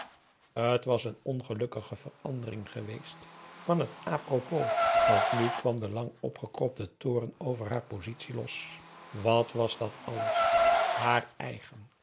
t was een ongelukkige verandering geweest van het à propos want nu kwam de lang opgekropte toorn over haar positie los wat was dat alles haar eigen